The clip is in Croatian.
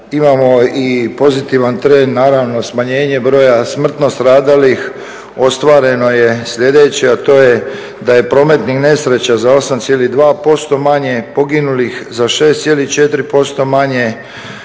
imamo i pozitivan trend, naravno smanjenje broja smrtno stradalih. Ostvareno je sljedeće, a to je, da je prometnih nesreća za 8,2% manje, poginulih za 6,4% manje,